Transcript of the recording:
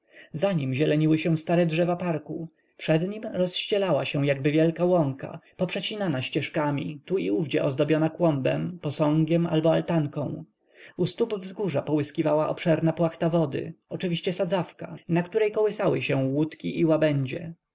nim zieleniły się stare drzewa parku przed nim rozścielała się jakby wielka łąka poprzecinana ścieżkami tu i owdzie ozdobiona kląbem posągiem albo altanką u stóp wzgórza połyskiwała obszerna płachta wody oczywiście sadzawka na której kołysały się łódki i łabędzie